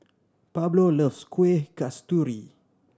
Pablo loves Kuih Kasturi